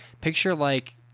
picture-like –